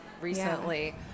recently